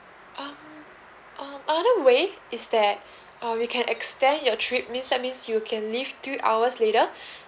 um um another way is that uh we can extend your trip means that miss you can leave two hours later